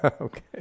Okay